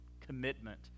commitment